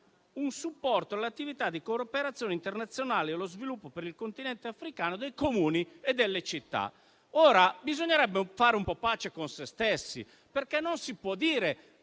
un supporto all'attività di cooperazione internazionale allo sviluppo con il Continente africano dei Comuni e delle città. Ora, bisognerebbe fare pace con se stessi, perché non si può dire